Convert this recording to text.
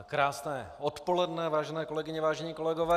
Krásné odpoledne, vážené kolegyně, vážení kolegové.